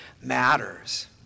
matters